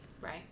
Right